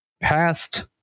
past